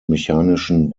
mechanischen